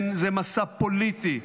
כן, זה מסע פוליטי,